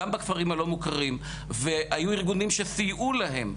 גם בכפרים הלא מוכרים והיו ארגונים שסייעו להם ,